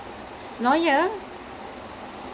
I wanted to see ah is it on Netflix